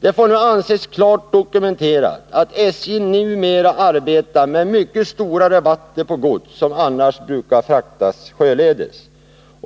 Det får anses klart dokumenterat att SJ numera arbetar med mycket stora rabatter på gods som annars brukar fraktas sjöledes.